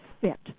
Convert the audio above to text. fit